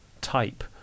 type